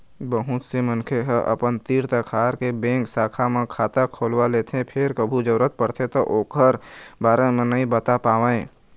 बहुत से मनखे ह अपन तीर तखार के बेंक शाखा म खाता खोलवा लेथे फेर कभू जरूरत परथे त ओखर बारे म नइ बता पावय